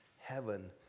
heaven